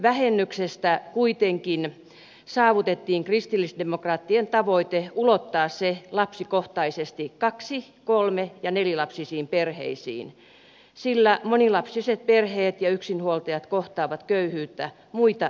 lapsivähennyksessä kuitenkin saavutettiin kristillisdemokraattien tavoite ulottaa se lapsikohtaisesti kaksi kolme ja nelilapsisiin perheisiin sillä monilapsiset perheet ja yksinhuoltajat kohtaavat köyhyyttä muita enemmän